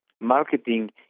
marketing